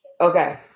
Okay